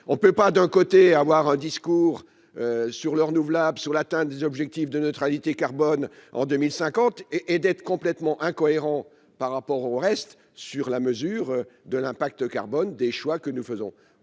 on ne peut pas d'un côté à avoir un discours sur le renouvelable sur l'atteinte des objectifs de neutralité carbone en 2050 et et d'être complètement incohérent par rapport au reste sur la mesure de l'impact carbone des choix que nous faisons,